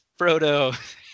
Frodo